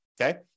okay